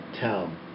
tell